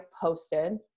posted